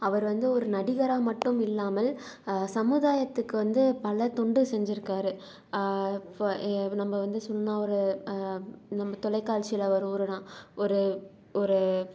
அவர் வந்து ஒரு நடிகராக மட்டும் இல்லாமல் சமுதாயத்துக்கு வந்து பல தொண்டு செஞ்சிருக்கார் ஃப நம்ம வந்து சும்மா ஒரு நம்ம தொலைக்காட்சியில் வரும் ஒரு நா ஒரு ஒரு